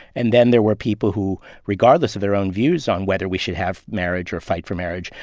and then there were people who, regardless of their own views on whether we should have marriage or fight for marriage,